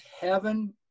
heaven